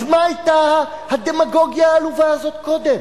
אז מה היתה הדמגוגיה העלובה הזאת קודם?